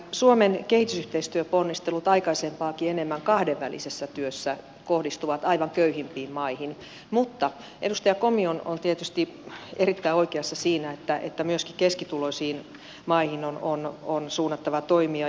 suomen kehitysyhteistyöponnistelut aikaisempaakin enemmän kahdenvälisessä työssä kohdistuvat aivan köyhimpiin maihin mutta edustaja komi on tietysti erittäin oikeassa siinä että myöskin keskituloisiin maihin on suunnattava toimia